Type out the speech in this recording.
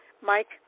Mike